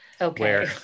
Okay